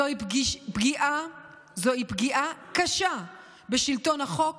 זוהי פגיעה קשה בשלטון החוק